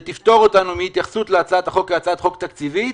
שתפטור אותנו מהתייחסות להצעת החוק כהצעת חוק תקציבית,